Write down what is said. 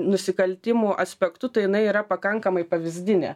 nusikaltimų aspektu tai jinai yra pakankamai pavyzdinė